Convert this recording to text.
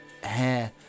hair